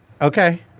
Okay